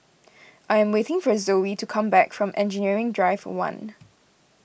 I am waiting for Zoey to come back from Engineering Drive one